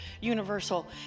Universal